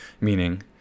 meaning